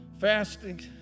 fasting